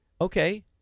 okay